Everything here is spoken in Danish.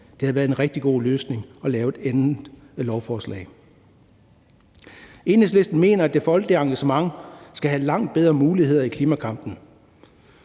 Det havde været en rigtig god løsning at lave et andet lovforslag. Enhedslisten mener, at det folkelige engagement skal have langt bedre muligheder i klimakampen.